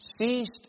ceased